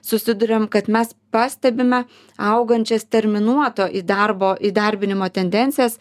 susiduriam kad mes pastebime augančias terminuoto įdarbo įdarbinimo tendencijas